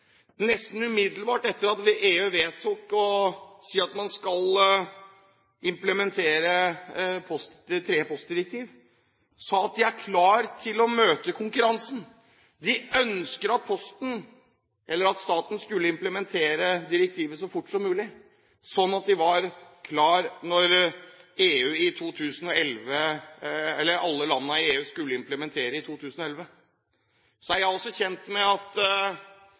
nesten umiddelbart etter at EU vedtok at man skal implementere det tredje postdirektivet, sa at de var klar til å møte konkurransen. De ønsket at staten skulle implementere direktivet så fort som mulig, slik at de var klar når alle landene i EU skulle implementere i 2011. Så er jeg også kjent med at